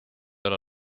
ole